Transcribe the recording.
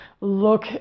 look